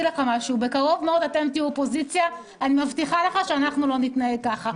בקרוב מאוד שאתם תהיו אופוזיציה אני מבטיחה לך שאנחנו לא נתנהג ככה.